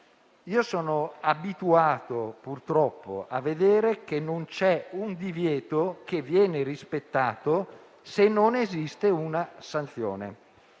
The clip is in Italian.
Io sono abituato, purtroppo, a vedere che non c'è un divieto che viene rispettato se non esiste una sanzione.